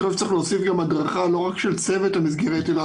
צריך להוסיף הדרכה לא רק של צוות המסגרת אלא